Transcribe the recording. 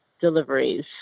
deliveries